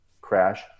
crash